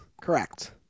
correct